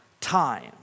time